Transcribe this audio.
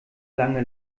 lange